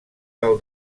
del